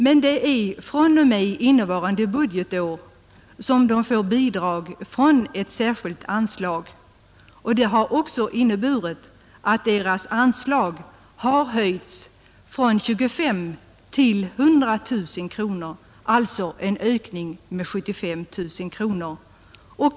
Men fr.o.m. innevarande budgetår får förbundet bidrag från ett särskilt anslag och bidraget har höjts från 25 000 kronor till 100 000 kronor, således en ökning med 75 000 kronor.